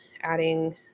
adding